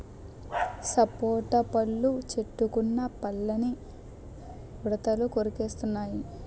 సపోటా పళ్ళు చెట్టుకున్న పళ్ళని ఉడతలు కొరికెత్తెన్నయి